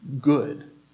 good